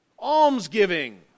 Almsgiving